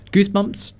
Goosebumps